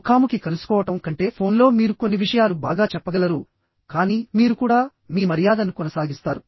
ముఖాముఖి కలుసుకోవడం కంటే ఫోన్లో మీరు కొన్ని విషయాలు బాగా చెప్పగలరు కానీ మీరు కూడా మీ మర్యాదను కొనసాగిస్తారు